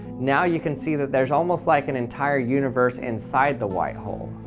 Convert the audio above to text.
now you can see that there's almost like an entire universe inside the white hole